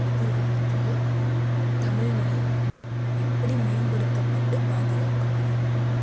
எதிர்காலத்தில் தமிழ்மொலி எப்படி மேம்படுத்தப்பட்டு பாதுகாக்கப்படும்